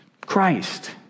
Christ